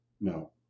no